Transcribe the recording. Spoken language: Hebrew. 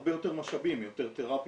הרבה יותר משאבים יותר תראפיות,